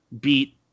beat